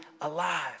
alive